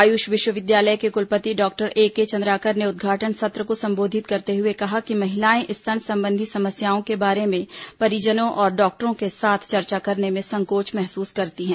आयुष विश्वविद्यालय के कुलपति डॉक्टर एके चंद्राकर ने उदघाटन सत्र को संबोधित करते हुए कहा कि महिलाएं स्तन संबंधी समस्याओं के बारे में परिजनों और डॉक्टरों के साथ चर्चा करने में संकोच महसूस करती हैं